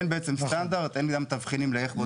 אין בעצם סטנדרט ואין תבחינים לאיך בודקים.